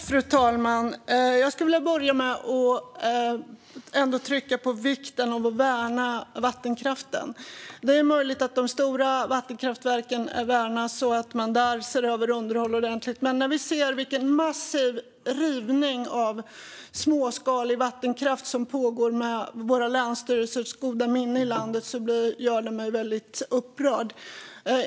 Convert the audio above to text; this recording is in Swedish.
Fru talman! Jag skulle vilja börja med att trycka på vikten av att värna vattenkraften. Det är möjligt att de stora vattenkraftverken värnas och att man ser över underhållet ordentligt där, men när jag ser den massiva rivning av småskalig vattenkraft som pågår i landet - med våra länsstyrelsers goda minne - gör det mig väldigt upprörd.